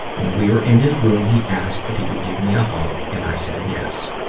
when we were in his room, he asked if he could give me a hug, and i said yes.